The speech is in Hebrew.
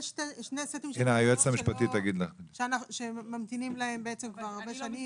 יש שני סטים של תקנות שממתינים להן כבר הרבה שנים.